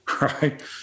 right